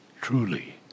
truly